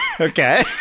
Okay